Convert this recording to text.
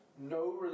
No